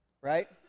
right